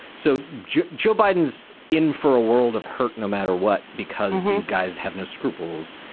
so joe joe biden's in for a world of hurt no matter what. because these guys have no scruples.